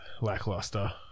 lackluster